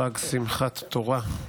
חג שמחת תורה,